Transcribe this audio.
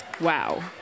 Wow